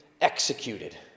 executed